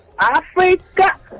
Africa